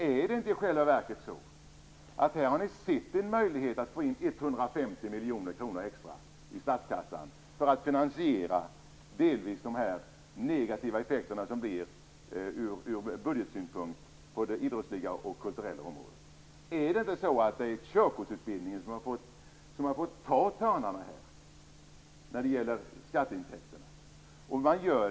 Är det inte i själva verket så att ni här har sett en möjlighet att få in 150 miljoner kronor extra i statskassan för att delvis finansiera de negativa effekterna ur budgetsynpunkt på det idrottsliga och kulturella området. Är det inte så att det är körkortsutbildningen som har fått ta törnarna när det gäller skatteintäkterna?